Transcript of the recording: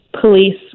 police